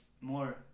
more